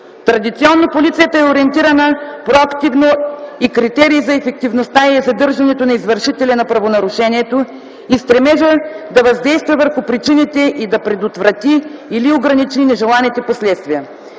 Традиционно полицията е ориентирана проактивно и критерий за ефективността й е задържането на извършителя на правонарушението и стремежът да въздейства върху причините и да предотврати или ограничи нежеланите последствия.